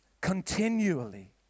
continually